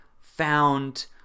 found